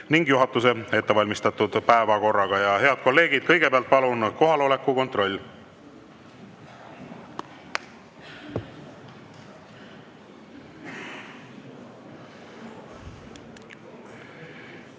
ning juhatuse ettevalmistatud päevakorraga. Head kolleegid, kõigepealt palun kohaloleku kontroll.